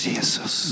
Jesus